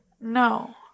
No